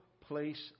place